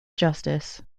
justice